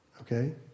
okay